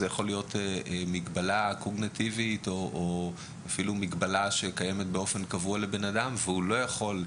מגבלה קוגניטיבית או מגבלה שקיימת באופן קבוע ולא יכולים